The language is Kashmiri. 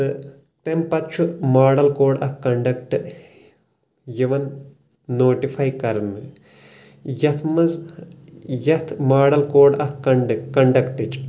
تہٕ تٔمہِ پتہٕ چُھ ماڈل کوڈ آف کنڈکٹہٕ یِوان نوٹِفاے کرنہٕ یتھ منٛز یتھ ماڈل کوڈ آف کنڈکٹٕچ